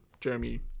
Jeremy